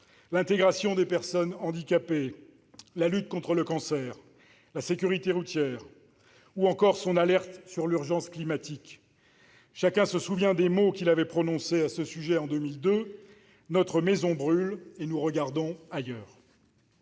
l'intégration des personnes handicapées, la lutte contre le cancer, la sécurité routière, ou encore son alerte sur l'urgence climatique. Chacun se souvient des mots qu'il avait prononcés à ce sujet en 2002 :« Notre maison brûle et nous regardons ailleurs.